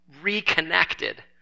reconnected